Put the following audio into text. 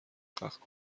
کند